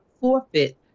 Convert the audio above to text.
forfeit